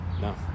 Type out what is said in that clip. No